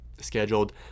scheduled